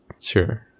Sure